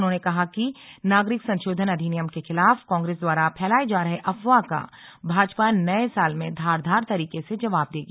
उन्होंने कहा कि नागरिक संशोधन अधिनियम के खिलाफ कांग्रेस द्वारा फैलाए जा रहे अफवाह का भाजपा नये साल में धारदार तरीके से जवाब देगी